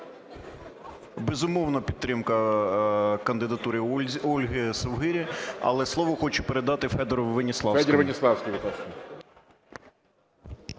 Безумовна підтримка кандидатури Ольги Совгирі. Але слово хочу передати Федору Веніславському.